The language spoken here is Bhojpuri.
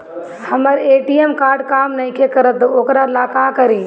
हमर ए.टी.एम कार्ड काम नईखे करत वोकरा ला का करी?